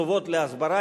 הוא חתנו של נשיא המדינה.